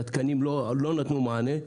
שהתקנים לא נתנו מענה,